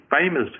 famous